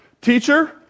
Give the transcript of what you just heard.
Teacher